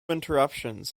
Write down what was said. interruptions